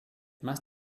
must